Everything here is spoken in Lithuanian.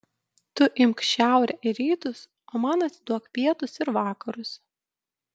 tu imk šiaurę ir rytus o man atiduok pietus ir vakarus